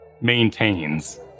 maintains